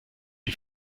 die